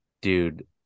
Dude